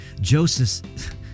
Joseph